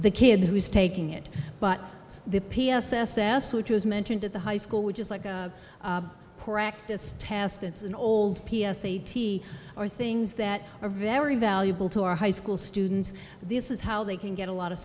the kid who's taking it but the p s s s which is mentioned at the high school which is like a practice test it's an old p s a t or things that are very valuable to our high school students this is how they can get a lot of